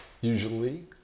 usually